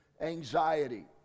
anxiety